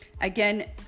again